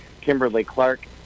Kimberly-Clark